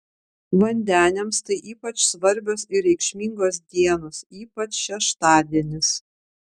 vandeniams tai ypač svarbios ir reikšmingos dienos ypač šeštadienis